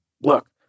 look